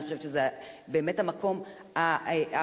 אני חושבת שזה באמת המקום האופטימלי,